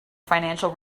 financial